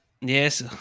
Yes